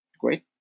great